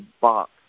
box